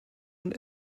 und